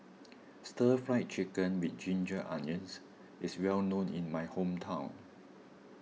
Stir Fried Chicken with Ginger Onions is well known in my hometown